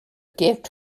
gift